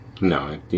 No